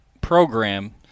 program